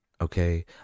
okay